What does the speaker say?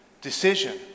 decision